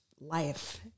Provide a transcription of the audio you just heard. life